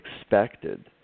expected